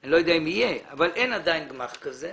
אני לא יודע אם יהיה גמ"ח כזה.